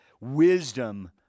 wisdom